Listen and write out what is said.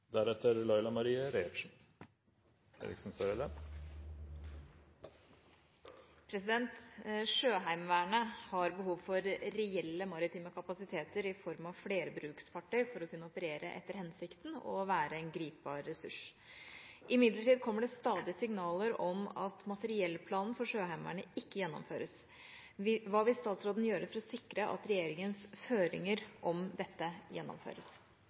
flerbruksfartøy for å kunne operere etter hensikten og være en gripbar ressurs. Imidlertid kommer det stadig signaler om at materiellplanen for SHV ikke gjennomføres. Hva vil statsråden gjøre for å sikre at regjeringens føringer om